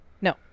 no